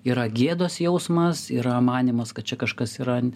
yra gėdos jausmas yra manymas kad čia kažkas yra